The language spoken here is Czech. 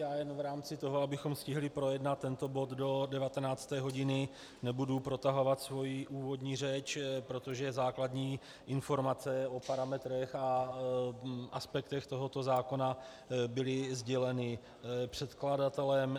Jenom v rámci toho, abychom stihli projednat tento bod do 19. hodiny, nebudu protahovat svoji úvodní řeč, protože základní informace o parametrech a aspektech tohoto zákona byly sděleny předkladatelem.